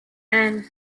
and